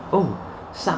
oh